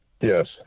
Yes